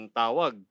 tawag